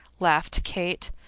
laughed kate,